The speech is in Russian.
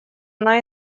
она